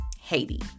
Haiti